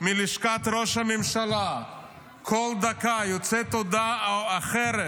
כל דקה יוצאת מלשכת ראש הממשלה הודעה אחרת,